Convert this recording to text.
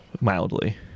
mildly